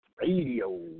radio